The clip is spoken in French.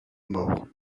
mort